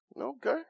Okay